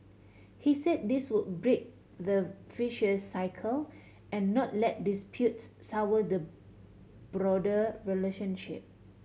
he said this would break the vicious cycle and not let disputes sour the broader relationship